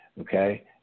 Okay